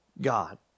God